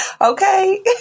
Okay